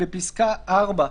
- בפסקה (4),